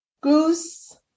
goose